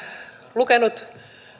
lukenut